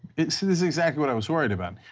this is exactly what i was worried about.